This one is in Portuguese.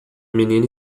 menina